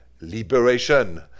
liberation